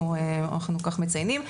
אנחנו כך מציינים.